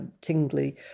tingly